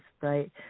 right